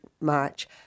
March